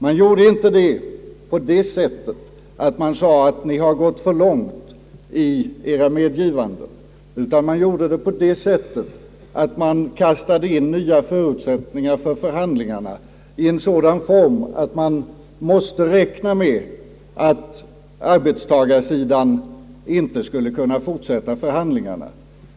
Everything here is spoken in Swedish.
Man gjorde det inte genom att säga: Nu har ni gått för långt i era medgivanden — utan man kastade in nya förutsättningar för förhandlingarna i sådan form att arbetstagarsidan inte skulle kunna fortsätta förhandlingarna.